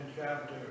chapter